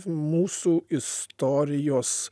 mūsų istorijos